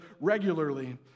regularly